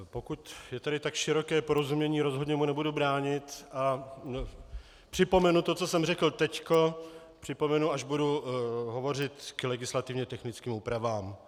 Pokud je tady tak široké porozumění, rozhodně mu nebudu bránit a připomenu to, co jsem řekl teď, připomenu, až budu hovořit k legislativně technickým úpravám.